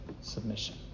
submission